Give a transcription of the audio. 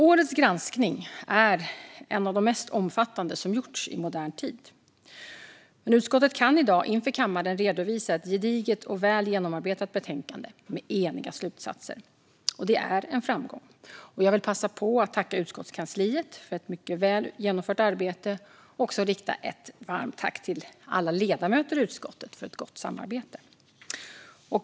Årets granskning är en av de mest omfattande som gjorts i modern tid, och utskottet kan i dag inför kammaren redovisa ett gediget och väl genomarbetat betänkande med eniga slutsatser, vilket är en framgång. Jag vill passa på att tacka utskottskansliet för ett mycket väl genomfört arbete och även rikta ett varmt tack till alla ledamöter i utskottet för ett gott samarbete.